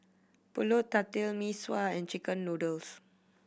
Pulut Tatal Mee Sua and chicken noodles